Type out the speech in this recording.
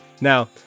Now